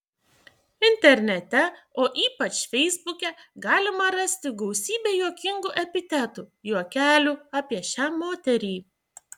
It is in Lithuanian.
internete o ypač feisbuke galima rasti gausybę juokingų epitetų juokelių apie šią moterį